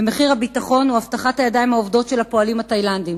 ומחיר הביטחון הוא הבטחת הידיים העובדות של הפועלים התאילנדים,